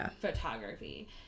photography